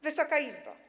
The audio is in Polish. Wysoka Izbo!